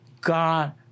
God